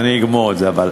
אני אגמור את זה אבל.